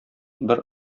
бер